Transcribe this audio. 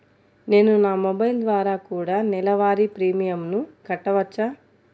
నేను నా మొబైల్ ద్వారా కూడ నెల వారి ప్రీమియంను కట్టావచ్చా?